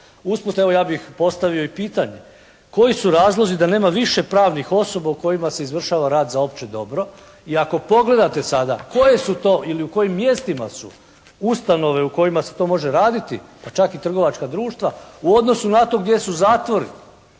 Usput evo ja bih postavio i pitanje koji su razlozi da nema više pravnih osoba u kojima se izvršava rad za opće dobro i ako pogledate sada koje su to ili u kojim mjestima su ustanove u kojima se to može raditi, pa čak i trgovačka društva u odnosu na to gdje su zatvori